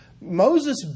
Moses